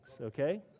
okay